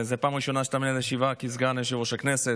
זו הפעם הראשונה שאתה מנהל ישיבה כסגן יושב-ראש הכנסת.